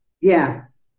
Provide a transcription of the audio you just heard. yes